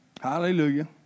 Hallelujah